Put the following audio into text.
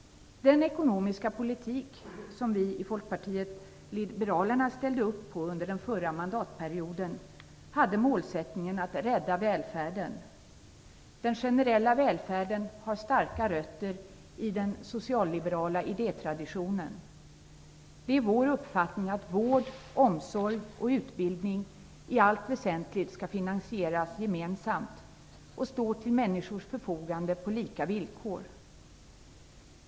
Den ekonomiska politik som vi i Folkpartiet liberalerna ställde upp på under den förra mandatperioden hade målsättningen att rädda välfärden. Den generella välfärden har starka rötter i den socialliberala idétraditionen. Det är vår uppfattning att vård, omsorg och utbildning i allt väsentligt skall finansieras gemensamt och stå till människors förfogande på lika villkor.